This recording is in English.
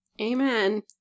Amen